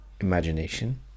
imagination